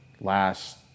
last